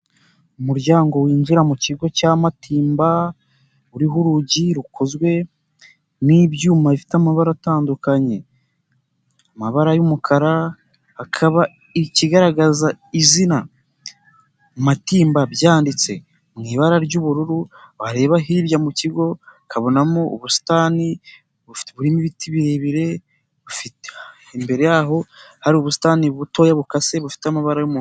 Umuryango winjira mu kigo cya Matimba uriho urugi rukozwe n'ibyuma bifite amabara atandukanye, amabara y'umukara akaba ikigaragaza izina Matimba byanditse mu ibara ry'ubururu, wareba hirya mu kigo ukabonamo ubusitani biuimo ibiti birebire, imbere yaho hari ubusitani butoya bukase bufite amabara y'umuho.